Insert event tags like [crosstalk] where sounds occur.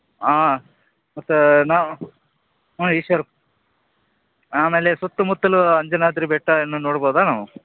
ಹಾಂ ಮತ್ತು ನಾವು [unintelligible] ಆಮೇಲೆ ಸುತ್ತ ಮುತ್ತಲೂ ಅಂಜನಾದ್ರಿ ಬೆಟ್ಟ ಏನು ನೋಡ್ಬೋದಾ ನಾವು